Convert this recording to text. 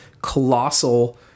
colossal